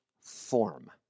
form